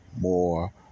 more